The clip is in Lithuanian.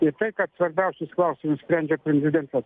ir tai kad svarbiausius klausimus sprendžia prenzidentas